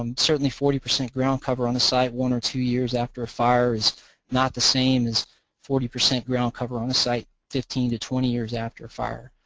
um certainly forty percent ground cover on site, one or two years after a fire is not the same as forty percent ground cover on a site fifteen twenty years after a fire.